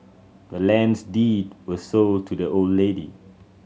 the land's deed was sold to the old lady